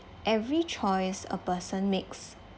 every choice a person makes